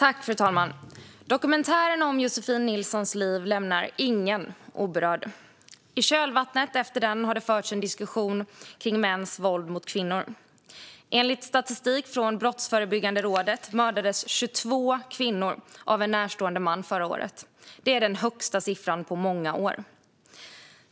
Fru talman! Dokumentären om Josefin Nilssons liv lämnar ingen oberörd. I kölvattnet efter den har det förts en diskussion kring mäns våld mot kvinnor. Enligt statistik från Brottsförebyggande rådet mördades 22 kvinnor av en närstående man förra året. Det är den högsta siffran på många år.